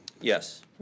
Yes